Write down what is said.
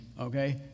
okay